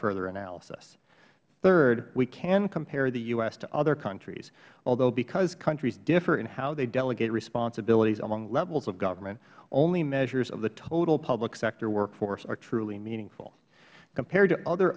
further analysis third we can compare the u s to other countries although because countries differ in how they delegate responsibilities along levels of government only measures of the total public sector workforce are truly meaningful compared to other